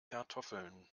kartoffeln